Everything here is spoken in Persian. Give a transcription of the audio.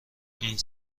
این